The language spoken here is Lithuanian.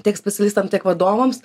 tiek specialistam tiek vadovams